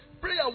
Prayer